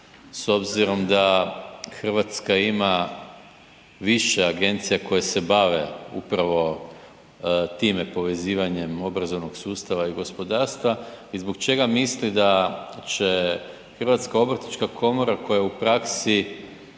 s obzirom da Hrvatska ima više agencija koje bave upravo time, povezivanjem obrazovnog sustava i gospodarstva i zbog čega misli da će Hrvatska obrtnička komora koja u praksi